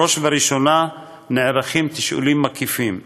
בראש ובראשונה נערכים תשאולים מקיפים,